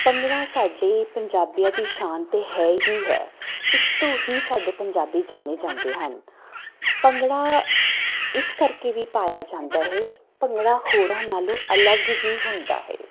ਭੰਗੜਾ ਸਾਡੇ ਪੰਜਾਬੀਆਂ ਦੀ ਸ਼ਾਨ ਤਾਂ ਹੈ ਹੀ ਹੈ ਇਸ ਤੋਂ ਹੀ ਸਾਡੇ ਪੰਜਾਬੀ ਜਾਣੇ ਜਾਂਦੇ ਹਨ ਭੰਗੜਾ ਇਸ ਕਰਕੇ ਵੀ ਪਾਇਆ ਜਾਂਦਾ ਹੈ ਭੰਗੜਾ ਹੋਰਾਂ ਨਾਲੋਂ ਅਲੱਗ ਵੀ ਹੁੰਦਾ ਹੈ